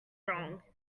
wrong